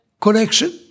connection